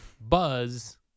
Buzz